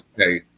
okay